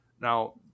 Now